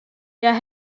hja